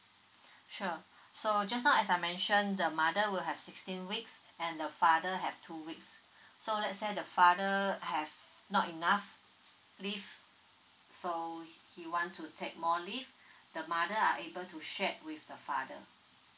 sure so just now as I mentioned the mother will have sixteen weeks and the father have two weeks so let's say the father have not enough leave so he he want to take more leave the mother are able to shared with the father